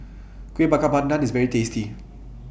Kueh Bakar Pandan IS very tasty